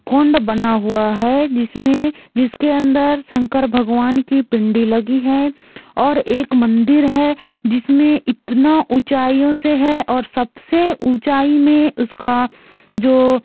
कुंड बना हुआ है जिसमें जिसके अंदर शंकर भगवान की पिंडी लगी है और एक मंदिर है जिसमें इतना ऊंचाइयों पे है और सब से ऊंचाई में उसका जो